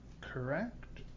Correct